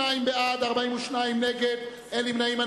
62 בעד, 42 נגד, אין נמנעים.